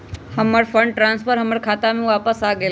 हमर fund transfer हमर खाता में वापस आ गेल